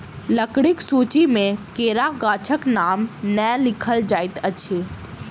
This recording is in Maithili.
लकड़ीक सूची मे केरा गाछक नाम नै लिखल जाइत अछि